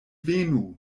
venu